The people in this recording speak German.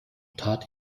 tat